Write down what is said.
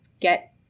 get